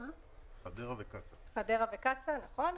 -- חדרה וקצא"א, נכון,